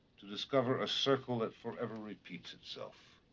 to discover a circle that forever repeats itself.